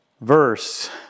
verse